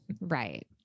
Right